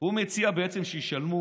הוא מציע בעצם שישלמו